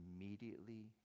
immediately